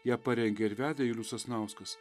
ją parengė ir vedė julius sasnauskas